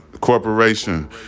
corporation